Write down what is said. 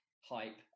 hype